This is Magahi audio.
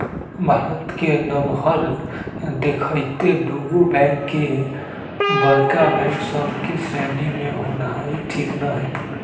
भारत के नमहर देखइते दुगो बैंक के बड़का बैंक सभ के श्रेणी में होनाइ ठीक न हइ